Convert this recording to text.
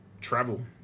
Travel